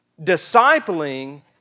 Discipling